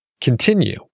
continue